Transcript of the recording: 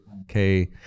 okay